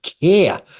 care